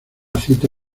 cita